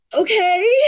okay